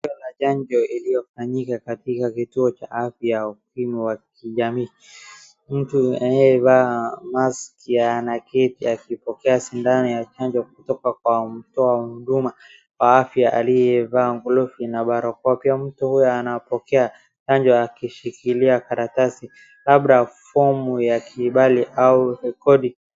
Tukio la chanjo iliyofanyika katika kituo cha afya ukimbi ya kijamii. Mtu anayevaa maski anaketi akipokea sindano ya chanjo kutoka kwa mtoa huduma wa afya aliyevaa glovu na barakoa. Pia mtu huyo anapokea chanjo akishikilia karatasi labda fomu ya kibali au rekodi.